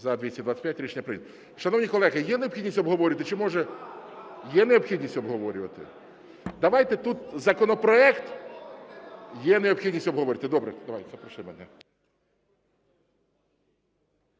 За-225 Рішення прийнято. Шановні колеги, є необхідність обговорювати, чи, може… Є необхідність обговорювати. Давайте тут законопроект… Є необхідність обговорювати. Добре. Веде засідання